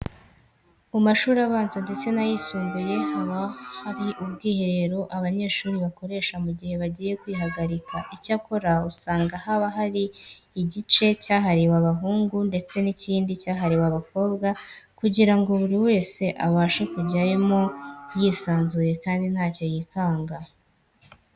Mu mashuri abanza ndetse n'ayisumbuye haba hari ubwiherero abanyeshuri bakoresha mu gihe bagiye kwihagarika. Icyakora usanga haba hari igice cyahariwe abahungu ndetse n'ikindi cyahariwe abakobwa kugira ngo buri wese abashe kujyamo yisanzuye kandi ntacyo yikanga.